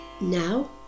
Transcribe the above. Now